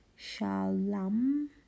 Shalom